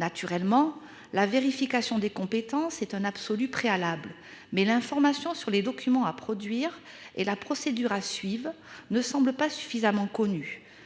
naturellement la vérification des compétences est un absolu préalables, mais l'information sur les documents à produire et la procédure à suivre ne semble pas suffisamment connu